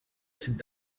cette